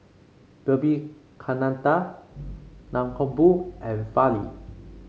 Vivekananda Mankombu and Fali